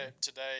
today –